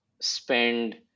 spend